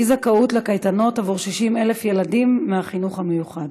אי-זכאות לקייטנות של 60,000 ילדים מהחינוך המיוחד.